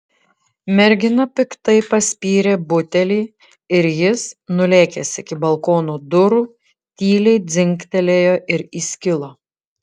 mergina piktai paspyrė butelį ir jis nulėkęs iki balkono durų tyliai dzingtelėjo ir įskilo